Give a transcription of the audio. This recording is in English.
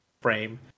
frame